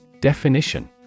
Definition